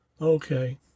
Okay